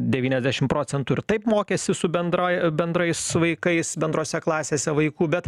devyniasdešimt procentų ir taip mokėsi su bendrai bendrais vaikais bendrose klasėse vaikų bet